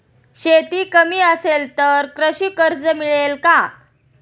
शेती कमी असेल तर कृषी कर्ज मिळेल का?